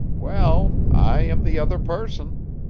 well, i am the other person.